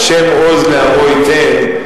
ה' עוז לעמו ייתן,